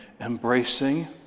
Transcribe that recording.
embracing